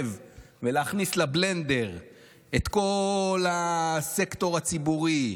ולהכניס לבלנדר את כל הסקטור הציבורי,